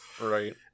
Right